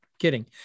Kidding